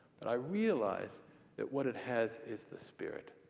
but i realized that what it has is the spirit.